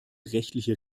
rechtliche